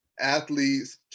athletes